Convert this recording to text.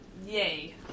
Yay